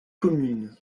commune